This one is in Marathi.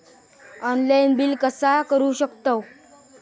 ऑनलाइन बिल कसा करु शकतव?